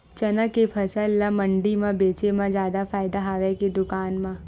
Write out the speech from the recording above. चना के फसल ल मंडी म बेचे म जादा फ़ायदा हवय के दुकान म?